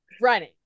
running